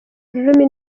rurimi